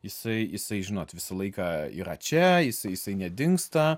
jisai jisai žinot visą laiką yra čia jisai jisai nedingsta